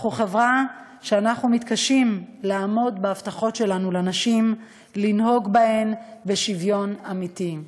אנחנו חברה שמתקשה לעמוד בהבטחות שלנו לנשים לנהוג בהן בשוויון אמיתי.